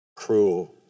Cruel